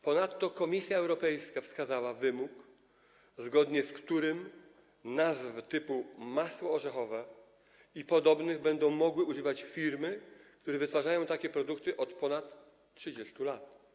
Ponadto Komisja Europejska wskazała wymóg, zgodnie z którym nazw typu: masło orzechowe i podobnych będą mogły używać firmy, które wytwarzają takie produkty od ponad 30 lat.